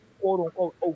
quote-unquote